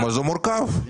החוק מורכב.